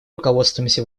руководствуемся